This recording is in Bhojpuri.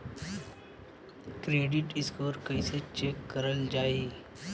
क्रेडीट स्कोर कइसे चेक करल जायी?